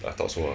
I thought so uh